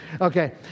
Okay